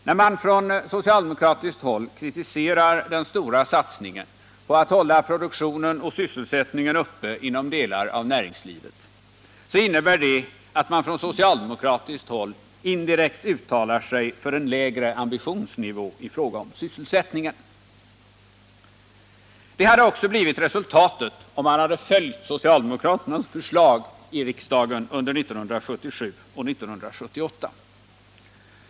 När man från socialdemokratiskt håll kritiserar den stora satsningen på att hålla produktionen och sysselsättningen uppe inom delar av näringslivet innebär det ju att man från socialdemokratiskt håll indirekt uttalar sig för en lägre ambitionsnivå i fråga om sysselsättningen. Det hade också blivit resultatet om man hade följt socialdemokraternas förslag i riksdagen under 1977 och 1978.